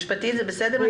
משפטית זה בסדר?